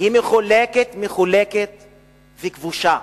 היא מחולקת, מחולקת וכבושה.